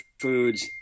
foods